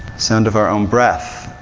sound of our own breath.